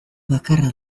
bakarra